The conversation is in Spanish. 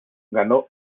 ganó